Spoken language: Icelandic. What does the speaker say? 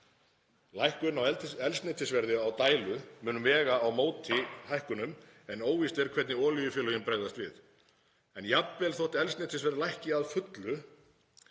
Lækkun á eldsneytisverði á dælu mun vega á móti hækkunum en óvíst er hvernig olíufélögin bregðast við. En jafnvel þótt eldsneytisverð lækki að fullu